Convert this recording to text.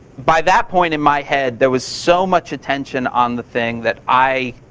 by that point in my head, there was so much attention on the thing that i